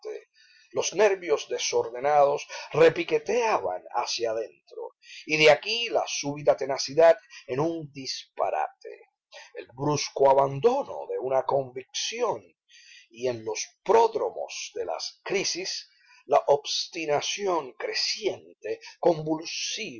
los nervios desordenados repiqueteaban hacia adentro y de aquí la súbita tenacidad en un disparate el brusco abandono de una convicción y en los prodromos de las crisis la obstinación creciente